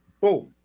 Boom